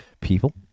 people